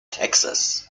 texas